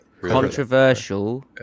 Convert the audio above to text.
Controversial